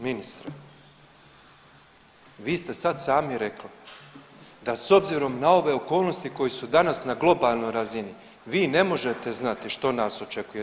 Ministre, vi ste sad sami rekli da s obzirom na ove okolnosti koje su danas na globalnoj razini vi ne možete znati što nas očekuje.